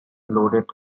loaded